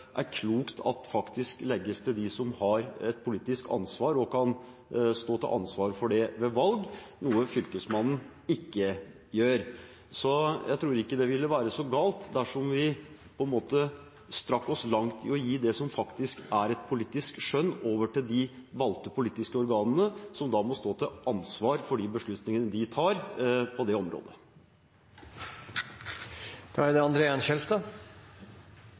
er klokt at det som krever politisk skjønn, legges til dem som har et politisk ansvar og kan stå til ansvar for det ved valg, noe Fylkesmannen ikke gjør. Så jeg tror ikke det ville være så galt dersom vi strakk oss langt i å gi det som faktisk er et politisk skjønn, over til de valgte politiske organene, som da må stå til ansvar for de beslutningene de tar på det